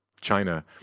China